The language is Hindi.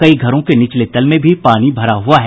कई घरों के निचले तल में पानी भरा हुआ है